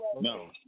No